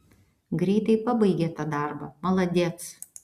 greitai pabaigė tą darbą maladėc